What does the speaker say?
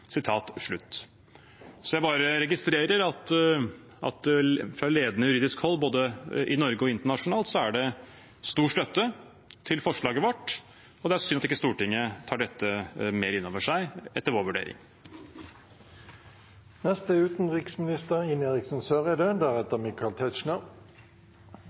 Jeg bare registrerer at fra ledende juridisk hold både i Norge og internasjonalt er det stor støtte til forslaget vårt, og det er etter vår vurdering synd at ikke Stortinget tar dette mer inn over seg.